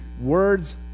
words